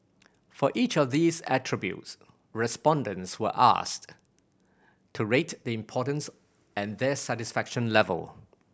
for each of these attributes respondents were asked to rate the importance and their satisfaction level